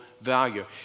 value